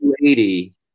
lady